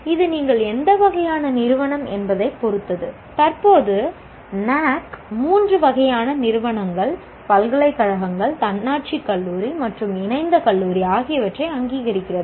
இது நீங்கள் எந்த வகையான நிறுவனம் என்பதைப் பொறுத்தது தற்போது NAAC 3 வகையான நிறுவனங்கள் பல்கலைக்கழகம் தன்னாட்சி கல்லூரி மற்றும் இணைந்த கல்லூரி ஆகியவற்றை அங்கீகரிக்கிறது